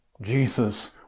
Jesus